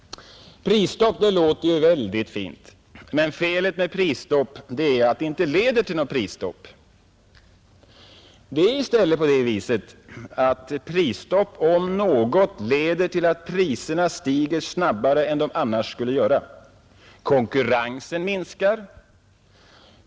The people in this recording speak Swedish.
Prisstopp låter mycket bra, men felet med prisstopp är att det inte leder till prisstopp. Det är i stället så att prisstopp om något leder till att priserna stiger snabbare än de annars skulle göra. Konkurrensen minskar.